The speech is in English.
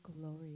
glory